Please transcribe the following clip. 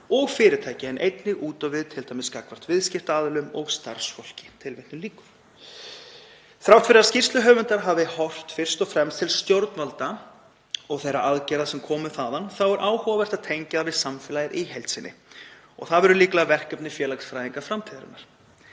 og fyrirtækja en einnig út á við, t.d. gagnvart viðskiptaaðilum og starfsfólki.“ Þrátt fyrir að skýrsluhöfundar hafi fyrst og fremst horft til stjórnvalda og þeirra aðgerða sem komu þaðan er áhugavert að tengja það við samfélagið í heild sinni. Það verður líklega verkefni félagsfræðinga framtíðarinnar.